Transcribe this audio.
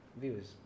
views